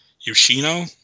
Yoshino